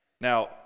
Now